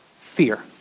fear